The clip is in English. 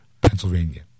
Pennsylvania